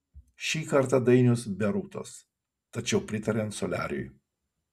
šį kartą dainius be rūtos tačiau pritariant soliariui